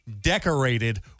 decorated